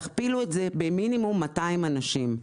תכפילו את זה במינימום 200 אנשים.